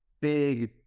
big